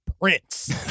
Prince